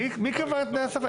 מי קבע את זה?